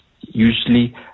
Usually